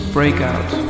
Breakout